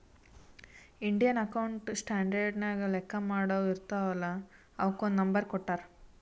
Indian accounting standard ನಾಗ್ ಲೆಕ್ಕಾ ಮಾಡಾವ್ ಇರ್ತಾವ ಅಲ್ಲಾ ಅವುಕ್ ಒಂದ್ ನಂಬರ್ ಕೊಟ್ಟಾರ್